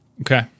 Okay